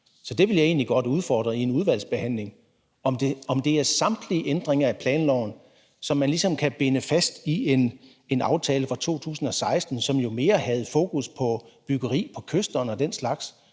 Så jeg vil egentlig godt i udvalgsbehandlingen udfordre, om det er samtlige ændringer af planloven, som man ligesom kan binde op på en aftale fra 2016, som jo mere havde fokus på byggeri ved kysterne og den slags.